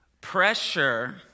pressure